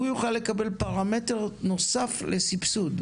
הוא יוכל לקבל פרמטר נוסף לסבסוד,